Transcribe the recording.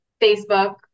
Facebook